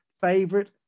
Favorite